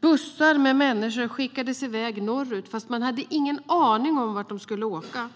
Bussar med människor skickades iväg norrut, men man hade ingen aning om vart de skulle åka.